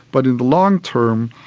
but in the long term,